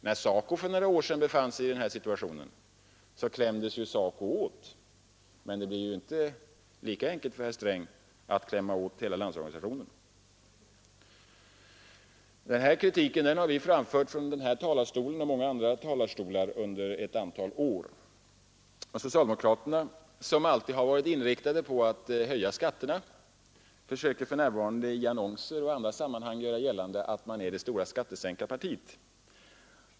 När SACO för några år sedan befann sig i den här situationen, klämdes SACO åt, men det blir ju inte lika enkelt för herr Sträng att klämma åt hela LO. Denna kritik har vi framfört från den här talarstolen och från många andra talarstolar under ett antal år. Socialdemokraterna, som alltid varit inriktade på att höja skatterna, försöker för närvarande i annonser och i andra sammanhang göra gällande att de representerar det stora skattesänkarpartiet.